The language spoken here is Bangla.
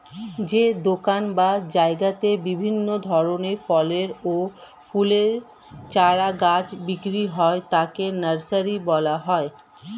যে দোকান বা জায়গাতে বিভিন্ন ধরনের ফলের ও ফুলের চারা গাছ বিক্রি হয় তাকে নার্সারি বলা হয়